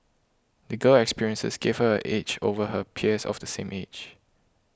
the girl's experiences gave her an edge over her peers of the same age